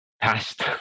past